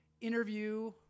interview